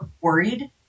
worried